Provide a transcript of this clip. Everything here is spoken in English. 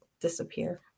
disappear